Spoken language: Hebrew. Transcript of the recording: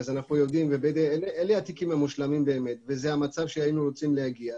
אלה באמת התיקים המושלמים וזה המצב אליו היינו רוצים להגיע.